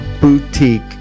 boutique